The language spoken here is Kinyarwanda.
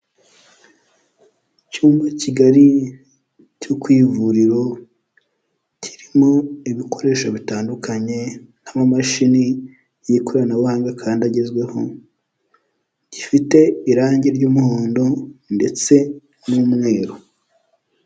Icyumba kigari cyo ku ivuriro kirimo ibikoresho bitandukanye nk'amamashini y'ikoranabuhanga kandi agezweho, gifite irangi ry'umuhondo ndetse n'umweru.